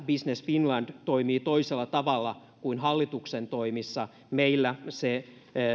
business finland toimii toisella tavalla kuin hallituksen toimissa meillä se